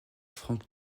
frank